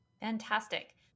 Fantastic